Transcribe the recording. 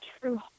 true